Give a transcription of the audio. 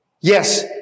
Yes